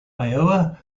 iowa